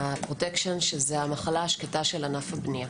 הפרוטוקשן זה שזאת המחלה השקטה של ענף הבנייה,